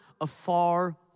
afar